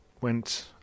went